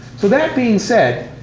so that being said,